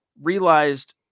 realized